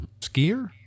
skier